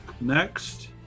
next